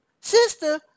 sister